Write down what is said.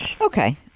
okay